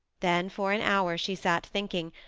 then for an hour she sat thinking,